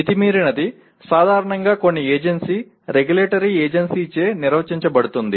మితిమీరినది సాధారణంగా కొన్ని agency regulatory ఏజెన్సీచే నిర్వచించబడుతుంది